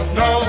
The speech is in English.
no